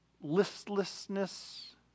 listlessness